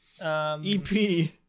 EP